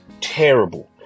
Terrible